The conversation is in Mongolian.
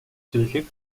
зүйлийг